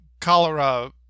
cholera